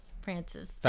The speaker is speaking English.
Francis